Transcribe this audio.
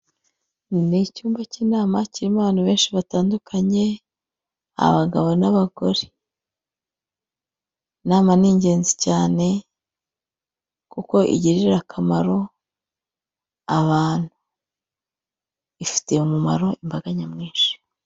Ni icyumba cy'inama kirimo abantu benshi batandukanye, abagabo n'abagore. Inama ni ingenzi cyane kuko igirira akamaro abantu, ifitiye umumaro imbaga nyamwinshi.